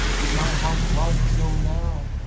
did my heart love till now?